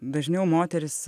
dažniau moterys